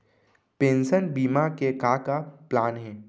Pension बीमा के का का प्लान हे?